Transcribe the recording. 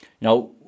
Now